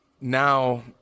now